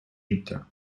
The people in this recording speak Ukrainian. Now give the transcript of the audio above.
життя